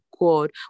God